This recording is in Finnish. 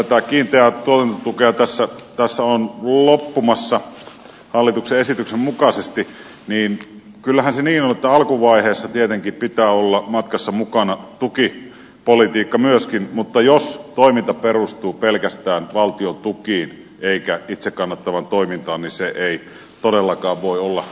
kun tätä kiinteää tuotantotukea tässä ollaan lopettamassa hallituksen esityksen mukaisesti niin kyllähän se niin on että myöskin tukipolitiikan pitää tietenkin olla alkuvaiheessa matkassa mukana mutta jos toiminta perustuu pelkästään valtion tukiin eikä itsekannattavaan toimintaan niin se ei todellakaan voi olla oikea menettelytapa